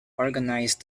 organised